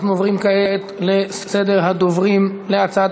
אנחנו עוברים כעת לסדר הדוברים על הצעת